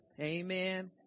Amen